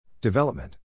Development